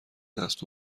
دست